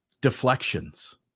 deflections